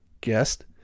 guest